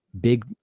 big